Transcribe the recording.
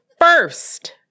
first